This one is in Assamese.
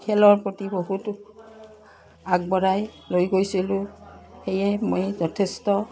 খেলৰ প্ৰতি বহুত আগবঢ়াই লৈ গৈছিলোঁ সেয়ে মই যথেষ্ট